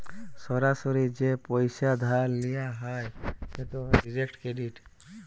সরাসরি যে পইসা ধার লিয়া হ্যয় সেট ডিরেক্ট ক্রেডিট